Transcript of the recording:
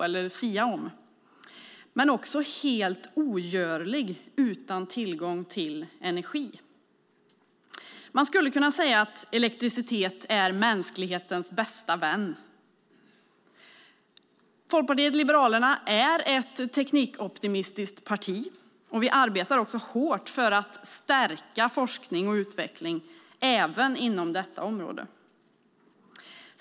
Men den är också helt ogörlig utan tillgång till energi. Man skulle kunna säga att elektricitet är mänsklighetens bästa vän. Folkpartiet liberalerna är ett teknikoptimistiskt parti, och vi arbetar också hårt för att stärka forskning och utveckling även inom detta område.